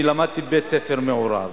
אני למדתי בבית-ספר מעורב.